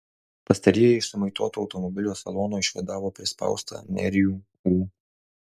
pastarieji iš sumaitoto automobilio salono išvadavo prispaustą nerijų ū